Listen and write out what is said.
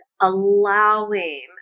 allowing